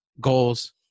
goals